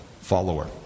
follower